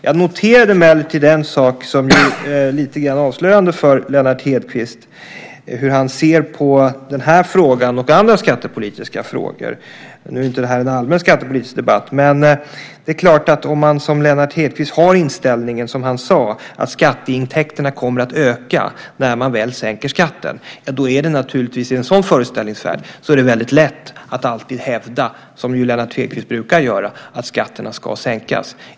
Jag noterade emellertid en sak som är lite avslöjande för hur Lennart Hedquist ser på den här frågan och på andra skattepolitiska frågor. Nu är inte det här en allmän skattepolitisk debatt, men det är klart att om man lever i en sådan föreställningsvärld att, som Lennart Hedquist sade, skatteintäkterna kommer att öka när man väl sänker skatten, är det naturligtvis väldigt lätt att alltid hävda, som Lennart Hedquist brukar göra, att skatterna ska sänkas.